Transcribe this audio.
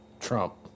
Trump